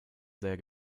sehr